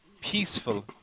peaceful